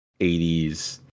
80s